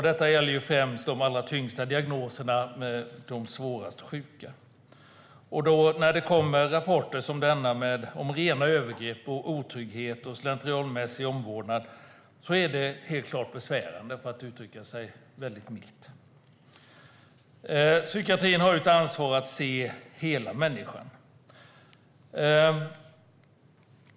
Detta gäller främst de allra tyngsta diagnoserna med de svårast sjuka. När det kommer rapporter som denna om rena övergrepp, otrygghet och slentrianmässig omvårdnad är det helt klart besvärande, för att uttrycka sig milt. Psykiatrin har ett ansvar för att se till hela människan.